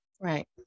Right